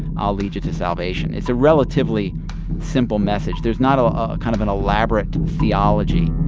i'll lead you to salvation. it's a relatively simple message. there's not ah a kind of an elaborate theology